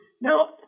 Now